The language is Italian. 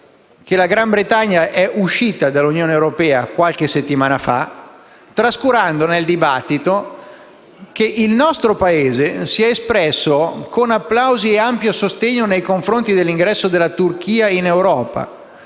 il Regno Unito è uscito dall'Unione europea qualche settimana fa e che il nostro Paese si è espresso con applausi e ampio sostegno nei confronti dell'ingresso della Turchia in Europa.